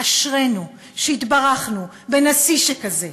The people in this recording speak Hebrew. אשרינו שהתברכנו בנשיא שכזה,